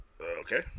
Okay